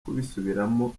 kubisubiramo